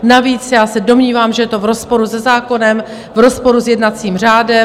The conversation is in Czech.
Navíc já se domnívám, že je to v rozporu se zákonem, v rozporu s jednacím řádem.